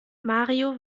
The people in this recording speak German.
mario